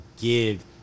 give